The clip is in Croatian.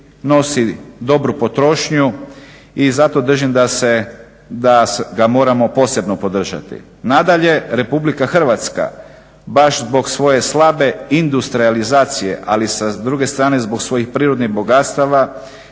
nosi dobru potrošnju i zato držim da ga moramo posebno podržati. Nadalje, RH baš zbog svoje slabe industrijalizacije, ali sa druge strane zbog svojih prirodnih bogatstava